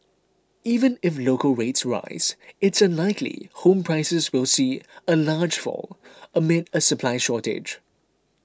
even if local rates rise it's unlikely home prices will see a large fall amid a supply shortage